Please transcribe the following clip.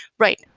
right.